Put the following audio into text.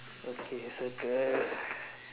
okay circle